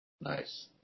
Nice